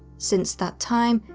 since that time,